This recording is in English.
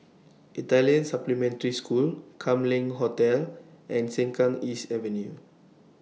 Italian Supplementary School Kam Leng Hotel and Sengkang East Avenue